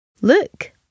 Look